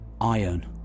Iron